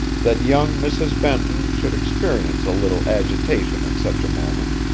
that young mrs. benton should experience a little agitation at such a moment.